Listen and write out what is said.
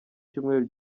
cyumweru